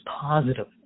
positive